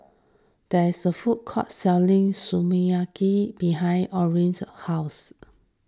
there is a food court selling Sukiyaki behind Orrin's house